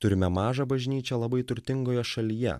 turime mažą bažnyčią labai turtingoje šalyje